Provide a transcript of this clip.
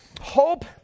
Hope